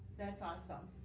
that's awesome.